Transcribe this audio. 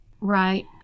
Right